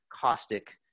caustic